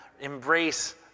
embrace